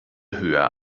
höher